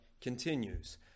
continues